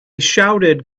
shouted